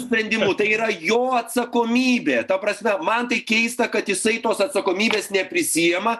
sprendimu tai yra jo atsakomybė ta prasme man tai keista kad jisai tos atsakomybės neprisiima